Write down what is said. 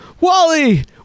wally